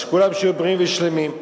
אז שכולם יהיו בריאים ושלמים.